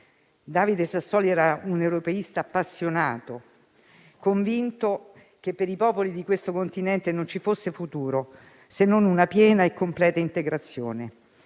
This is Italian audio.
David Sassoli era un europeista appassionato, convinto che per i popoli di questo Continente non vi fosse futuro se non con una piena e completa integrazione.